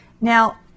Now